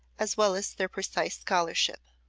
as well as their precise scholarship.